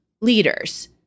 Leaders